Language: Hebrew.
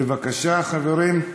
בבקשה, חברים.